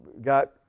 got